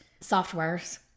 softwares